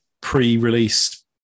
pre-release